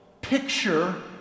picture